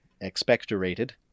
expectorated